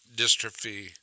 dystrophy